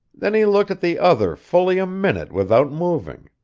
then he looked at the other fully a minute without moving.